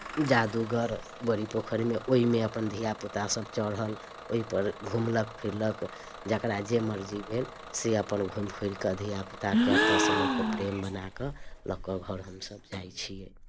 जादूगर बड़ी पोखरिमे ओहिमे अपन धियापुता सभ चढ़ल ओहिपर अपन घुमलक फिरलक जकरा जे मर्जी भेल से अपन घुमि फिरि कऽ धियापुता ओतयसँ लऽ कऽ प्रेम बना कऽ लऽ कऽ घर हमसभ जाइत छियै